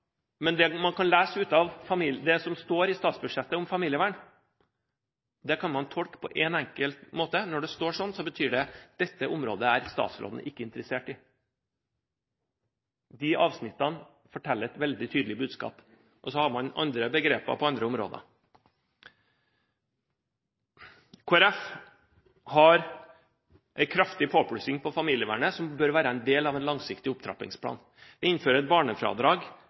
Men det man kan lese ut av det som står i statsbudsjettet om familievern, kan man tolke på en enkel måte: Når det står sånn, betyr det at dette området er statsråden ikke interessert i. De avsnittene forteller et veldig tydelig budskap. På andre områder har man andre begreper. Kristelig Folkeparti har en kraftig påplussing på familievernet, som bør være en del av en langsiktig opptrappingsplan. Vi innfører et barnefradrag